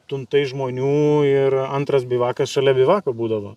tuntai žmonių ir antras bivakas šalia bivako būdavo